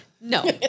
no